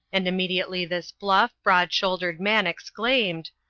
and immediately this bluff, broad-shouldered man exclaimed